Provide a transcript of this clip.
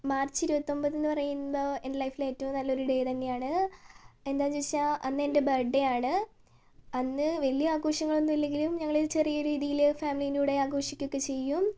March ഇരുപത്തൊമ്പതെന്നു പറയുന്നത് എൻ്റെ ലൈഫിലെ ഏറ്റവും നല്ലൊരു ഡേ തന്നെയാണ് എന്താണെന്നു ചോദിച്ചാൽ അന്നെൻ്റെ ബർത്ത്ഡേയാണ് അന്ന് വലിയ ആഘോഷങ്ങളൊന്നും ഇല്ലെങ്കിലും ഞങ്ങൾ ഈ ചെറിയ രീതിയിൽ ഫാമിലീൻ്റെ കൂടെ ആഘോഷിക്കുകയൊക്കെ ചെയ്യും